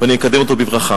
ואני מקדם אותו בברכה.